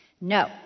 No